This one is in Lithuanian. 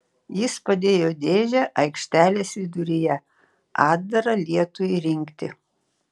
jis padėjo dėžę aikštelės viduryje atdarą lietui rinkti